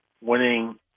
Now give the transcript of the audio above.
winning